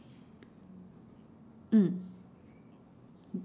mm